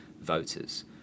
voters